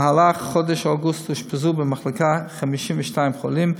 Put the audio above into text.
בחודש אוגוסט אושפזו במחלקה 52 חולים,